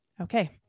Okay